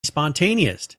spontaneous